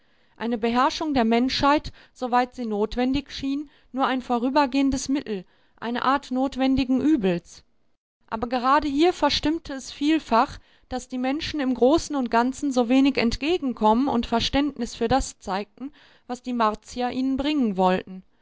eine beherrschung der menschheit soweit sie notwendig schien nur ein vorübergehendes mittel eine art notwendigen übels aber gerade hier verstimmte es vielfach daß die menschen im großen und ganzen so wenig entgegenkommen und verständnis für das zeigten was die martier ihnen bringen wollten